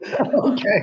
Okay